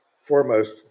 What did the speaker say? foremost